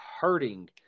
hurting –